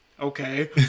Okay